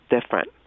different